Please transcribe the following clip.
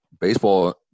Baseball